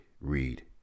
read